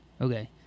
Okay